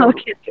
Okay